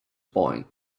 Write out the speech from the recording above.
point